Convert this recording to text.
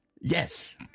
Yes